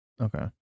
okay